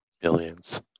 Billions